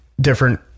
different